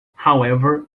however